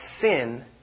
sin